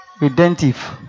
redemptive